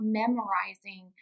memorizing